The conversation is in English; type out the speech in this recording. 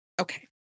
Okay